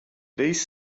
these